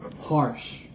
harsh